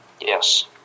Yes